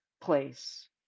place